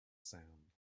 sound